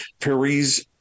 Paris